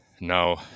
now